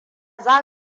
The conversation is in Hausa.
za